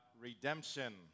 redemption